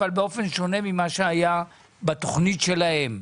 אבל באופן שונה ממה שהיה בתכנית שלהם.